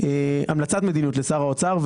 המלצת מדיניות לשר האוצר,